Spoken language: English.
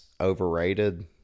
overrated